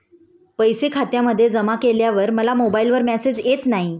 पैसे खात्यामध्ये जमा केल्यावर मला मोबाइलवर मेसेज येत नाही?